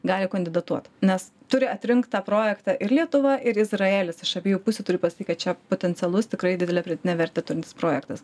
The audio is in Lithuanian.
gali kandidatuot nes turi atrinkt tą projektą ir lietuva ir izraelis iš abiejų pusių turi pasakyt kad čia potencialus tikrai didelę pridėtinę vertę turintis projektas